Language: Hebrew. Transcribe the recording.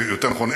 יותר נכון,